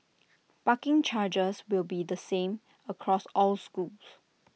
parking charges will be the same across all schools